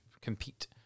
compete